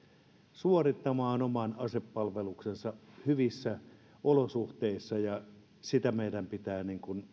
suorittamaan oman asepalveluksensa hyvissä olosuhteissa ja sitä meidän pitää